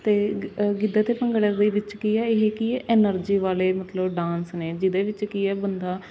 ਅਤੇ ਗਿੱਧਾ ਅਤੇ ਭੰਗੜਾ ਦੇ ਵਿੱਚ ਕੀ ਹੈ ਇਹ ਕੀ ਹੈ ਐਨਰਜੀ ਵਾਲੇ ਮਤਲਬ ਡਾਂਸ ਨੇ ਜਿਹਦੇ ਵਿੱਚ ਕੀ ਹੈ ਬੰਦਾ